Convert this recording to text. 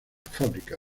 fábrica